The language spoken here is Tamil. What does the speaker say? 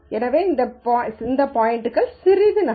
எனவே இந்த பாய்ன்ட்கள் சிறிது நகரும்